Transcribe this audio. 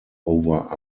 over